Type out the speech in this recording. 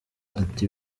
ati